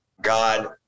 God